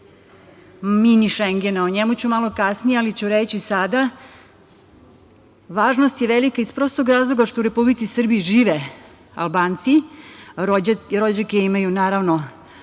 Mini Šengena. O njemu ću malo kasnije, ali ću reći sada – važnost je velika, iz prostog razloga što u Republici Srbiji žive Albanci, rođake imaju svuda,